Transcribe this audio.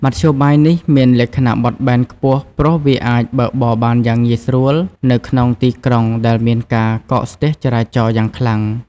មធ្យោបាយនេះមានលក្ខណៈបត់បែនខ្ពស់ព្រោះវាអាចបើកបរបានយ៉ាងងាយស្រួលនៅក្នុងទីក្រុងដែលមានការកកស្ទះចរាចរណ៍យ៉ាងខ្លាំង។